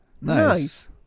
nice